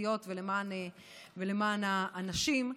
חברתיות ולמען הנשים.